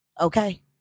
Okay